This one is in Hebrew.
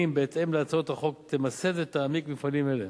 בהתאם להצעת החוק ימסד ויעמיק מפעלים אלה,